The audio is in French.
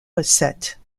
recettes